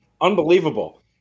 unbelievable